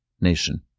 nation